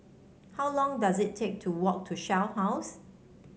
how long does it take to walk to Shell House